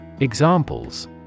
Examples